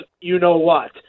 you-know-what